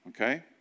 Okay